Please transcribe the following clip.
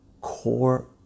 core